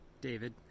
David